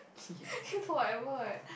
forever